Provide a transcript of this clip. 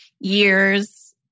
years